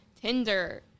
Tinder